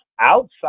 outside